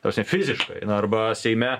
ta prasme fiziškai arba seime